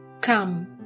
Come